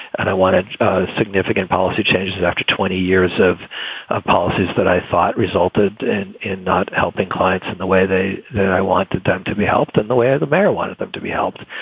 and i wanted significant policy changes that after twenty years of ah policies that i thought resulted in in not helping clients in the way that i wanted them to be helped in the way of the marijuana, them to be helped.